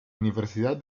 universidad